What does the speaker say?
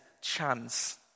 chance